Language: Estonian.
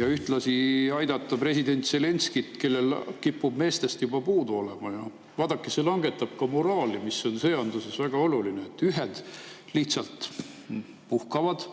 ja ühtlasi aidata president Zelenskõid, kellel kipub meestest juba puudu olema? Vaadake, see langetab ka moraali. Moraal on sõjanduses väga oluline. Ühed lihtsalt puhkavad